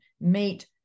meet